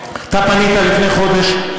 אתה פנית לפני חודש,